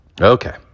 okay